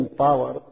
power